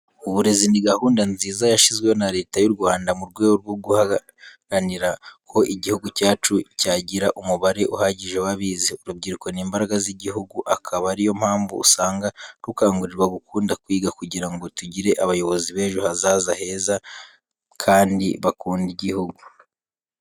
Uburezi ni gahunda nziza yashyizweho na Leta y'u Rwanda mu rwego rwo guharanira ko igihugu cyacu cyagira umubare uhagije wabize. Urubyiruko ni imbaraga z'igihugu, akaba ari yo mpamvu, usanga rukangurirwa gukunda kwiga, kugira ngo tugire abayobozi b'ejo hazaza beza kandi bakunda igihugu.